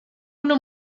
una